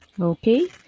okay